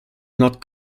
not